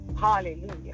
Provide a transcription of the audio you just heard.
Hallelujah